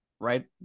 right